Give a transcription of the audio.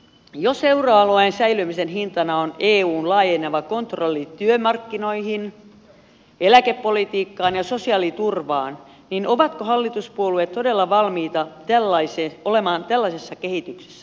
jos euroalueen säilymisen hintana on eun laajeneva kontrolli työmarkkinoihin eläkepolitiikkaan ja sosiaaliturvaan niin ovatko hallituspuolueet todella valmiita olemaan tällaisessa kehityksessä mukana